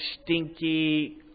stinky